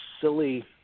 silly